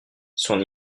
son